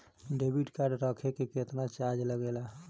Debit card रखे के केतना चार्ज लगेला?